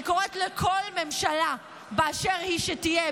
אני קוראת לכל ממשלה באשר היא שתהיה,